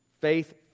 faith